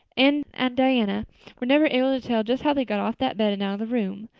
anne and diana were never able to tell just how they got off that bed and out of the room.